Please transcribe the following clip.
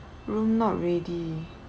room not ready